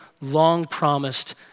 long-promised